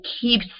keep